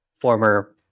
former